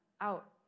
out